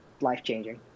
life-changing